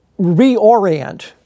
reorient